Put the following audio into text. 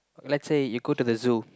let's say you go to the zoo